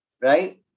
right